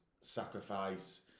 sacrifice